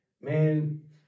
man